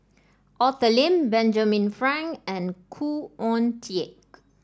Arthur Lim Benjamin Frank and Khoo Oon Teik